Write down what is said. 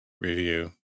review